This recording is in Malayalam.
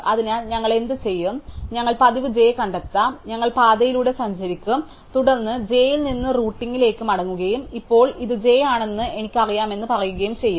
അതിനാൽ ഞങ്ങൾ എന്തുചെയ്യും ഞങ്ങൾ പതിവ് j കണ്ടെത്താം അതിനാൽ ഞങ്ങൾ പാതയിലൂടെ സഞ്ചരിക്കും തുടർന്ന് ഞങ്ങൾ jയിൽ നിന്ന് റൂട്ടിലേക്ക് മടങ്ങുകയും ഇപ്പോൾ ഇത് j ആണെന്ന് എനിക്കറിയാമെന്ന് പറയുകയും ചെയ്യും